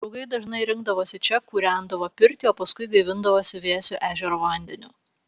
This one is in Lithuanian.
draugai dažnai rinkdavosi čia kūrendavo pirtį o paskui gaivindavosi vėsiu ežero vandeniu